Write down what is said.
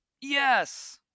Yes